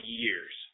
years